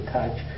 touch